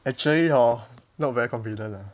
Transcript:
actually hor not very confident ah